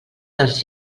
dels